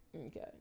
Okay